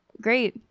Great